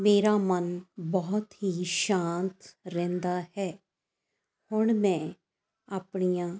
ਮੇਰਾ ਮਨ ਬਹੁਤ ਹੀ ਸ਼ਾਂਤ ਰਹਿੰਦਾ ਹੈ ਹੁਣ ਮੈਂ ਆਪਣੀਆਂ